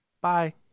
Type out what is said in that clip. bye